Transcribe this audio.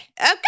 Okay